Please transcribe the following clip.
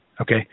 Okay